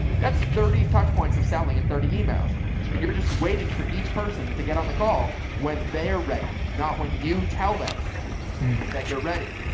that's thirty touchpoints of sally and thirty emails. that's right. you're just waiting for each person to get on the call when they are ready. not when you tell them that you're ready,